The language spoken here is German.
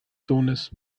sohnes